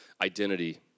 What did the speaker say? identity